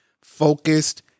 focused